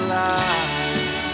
life